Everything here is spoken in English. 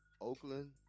Oakland